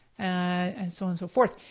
and so on so forth.